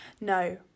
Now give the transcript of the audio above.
No